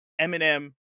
Eminem